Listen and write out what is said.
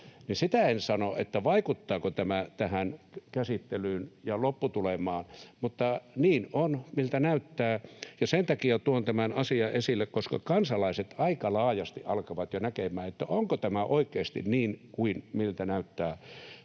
Sitä en sano, vaikuttaako tämä tähän käsittelyyn ja lopputulemaan, mutta niin on, miltä näyttää. Sen takia tuon tämän asian esille, koska kansalaiset aika laajasti alkavat jo näkemään, onko tämä oikeasti niin kuin miltä näyttää